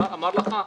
אמר לך.